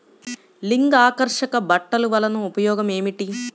లింగాకర్షక బుట్టలు వలన ఉపయోగం ఏమిటి?